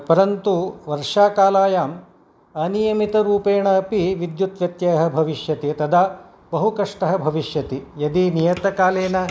परन्तु वर्षाकालायाम् अनियमितरूपेण अपि विद्युत् व्यत्ययः भविष्यति तदा बहुकष्टं भविष्यति यदि नियतकालेन